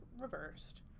reversed